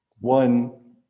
one